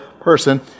person